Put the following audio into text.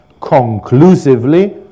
conclusively